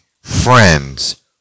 friends